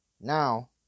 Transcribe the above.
Now